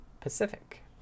Pacific